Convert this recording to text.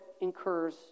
incurs